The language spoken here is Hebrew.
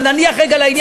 אבל נניח רגע לעניין הזה,